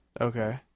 Okay